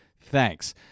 Thanks